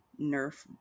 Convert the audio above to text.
Nerf